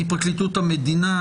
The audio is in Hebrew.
מפרקליטות המדינה,